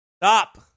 stop